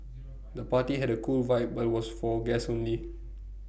the party had A cool vibe but was for guests only